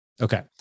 Okay